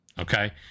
Okay